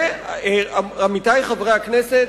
עמיתי חברי הכנסת,